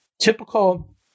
typical